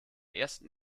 ersten